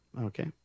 Okay